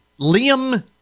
Liam